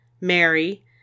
Mary